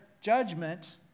judgment